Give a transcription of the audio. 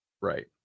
right